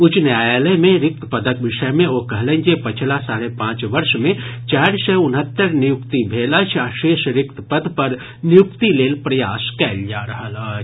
उच्च न्यायालय मे रिक्त पदक विषय मे ओ कहलनि जे पछिला साढ़े पांच वर्ष मे चारि सय उनहत्तरि नियुक्ति भेल अछि आ शेष रिक्त पद पर नियुक्ति लेल प्रयास कयल जा रहल अछि